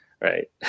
right